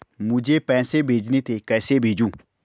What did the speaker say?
मुझे पैसे भेजने थे कैसे भेजूँ?